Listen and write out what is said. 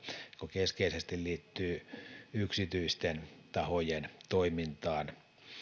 keskeisesti liittyvät yksityisten tahojen toimintaan